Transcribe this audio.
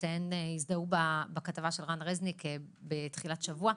הן שתיהן הזדהו בכתבה של רן רזניק בתחילת השבוע.